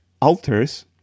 alters